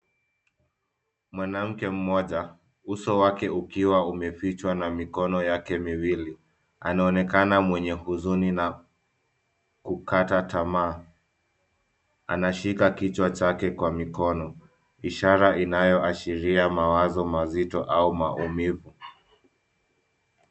Mwanamke mmoja uso wake ukiwa umefichwa na mikono yake miwili. Anaonekana mwenye huzuni na kukata tamaa. Anashika kichwa chake kwa mikono, ishara inayoashiria mawazo mazito au maumivu.